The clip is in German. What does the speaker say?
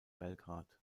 belgrad